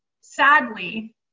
sadly